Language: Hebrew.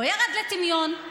לא ירד לטמיון?